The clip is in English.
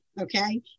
okay